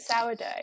sourdough